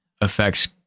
affects